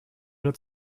nur